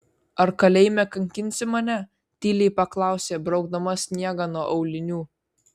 ar kalėjime kankinsi mane tyliai paklausė braukdama sniegą nuo aulinių